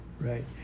Right